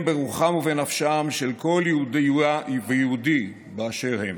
ברוחם ובנפשם של כל יהודייה ויהודי באשר הם.